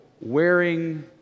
wearing